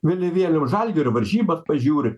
vėliavėlėm žalgirio varžybas pažiūri